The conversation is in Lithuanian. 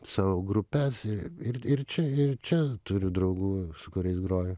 savo grupes ir ir čia ir čia turiu draugų su kuriais groju